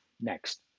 next